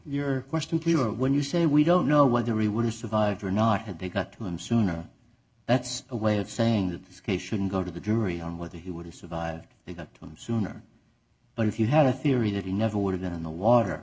your question please when you say we don't know whether we would have survived or not had they got to him sooner that's a way of saying that this case shouldn't go to the jury on whether he would have survived he got them sooner but if you had a theory that he never would have been in the water